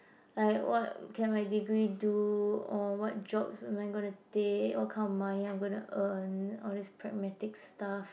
like what can my degree do or what jobs am I gonna take what kind of money I'm gonna earn all this pragmatic stuff